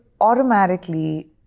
automatically